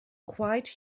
quite